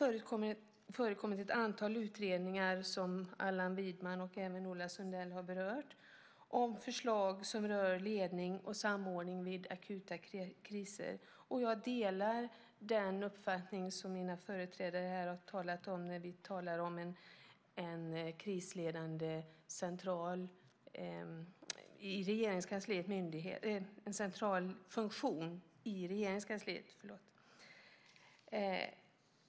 Det har förekommit ett antal utredningar som Allan Widman och även Ola Sundell har berört om förslag som rör ledning och samordning vid akuta kriser. Jag delar den uppfattning som dessa företrädare här har talat om när det gäller en krisledande central funktion i Regeringskansliet.